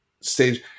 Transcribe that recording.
stage